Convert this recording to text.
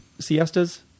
siestas